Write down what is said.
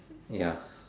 ya